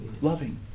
loving